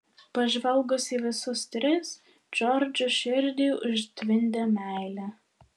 pažvelgus į visus tris džordžo širdį užtvindė meilė